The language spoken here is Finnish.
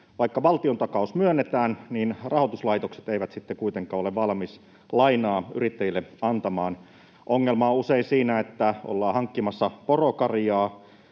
Vaikka valtiontakaus myönnetään, niin rahoituslaitokset eivät sitten kuitenkaan ole valmiita lainaa yrittäjille antamaan. Ongelma on usein siinä, että ollaan hankkimassa porokarjaa.